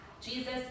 Jesus